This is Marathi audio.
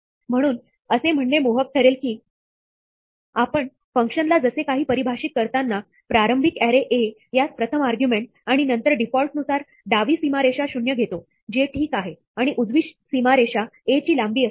म्हणून असे म्हणणे मोहक ठरेल कीआपण फंक्शनला जसेकाही परिभाषित करताना प्रारंभिक ऍरे a यास प्रथम आर्ग्युमेंट आणि नंतर डिफॉल्टनुसार डावी सीमा रेषा शून्य घेतो जे ठीक आहे आणि उजवी सीमा रेषा a ची लांबी असते